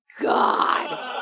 God